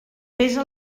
pesa